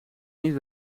niet